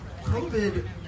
COVID